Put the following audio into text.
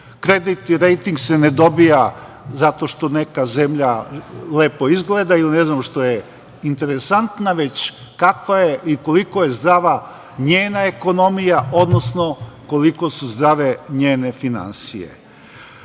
Kreditni rejting se ne dobija zato što neka zemlja lepo izgleda ili što je interesantna, već kakva je i koliko je zdrava njena ekonomija, odnosno koliko su zdrave njene finansije. Ono